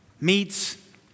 meets